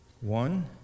one